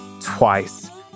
Twice